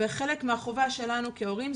וחלק מהחובה שלנו כהורים,